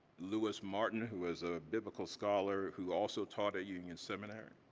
louis martyn, who was a biblical scholar who also taught at union seminary.